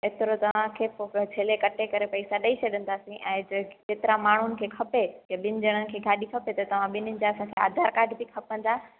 ऐतरो तव्हांखे पो छिले कटे करे पैसा ॾई छॾंदासी ऐं जेतरा माण्हून खे खपे जे ॿिन ॼणन खे ॻाॾी खपे त तव्हां ॿिनिन ॼा असांखे आधार कार्ड भी खपंदा